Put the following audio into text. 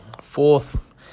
fourth